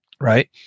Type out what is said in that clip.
Right